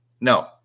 No